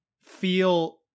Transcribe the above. feel